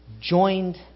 joined